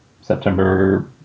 September